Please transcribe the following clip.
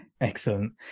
Excellent